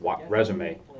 resume